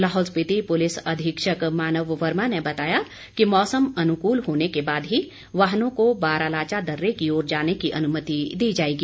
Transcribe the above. Lahaul Spiti police अधीक्षक मानव वर्मा ने बताया कि मौसम अनुकूल होने के बाद ही वाहनों को बारालाचा दर्रे की ओर जाने की अनुमति दी जाएगी